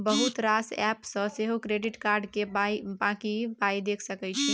बहुत रास एप्प सँ सेहो क्रेडिट कार्ड केर बाँकी पाइ देखि सकै छी